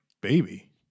baby